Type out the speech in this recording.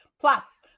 Plus